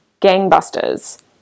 gangbusters